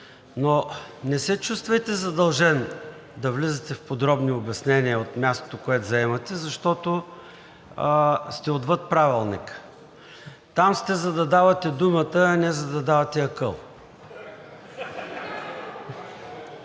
но не се чувствайте задължен да влизате в подробни обяснения от мястото, което заемате, защото сте отвъд Правилника. Там сте, за да давате думата, а не за да давате акъл.